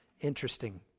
interesting